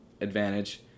advantage